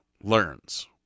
learns